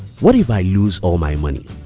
what if i lose all my money?